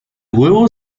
huevo